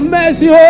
mercy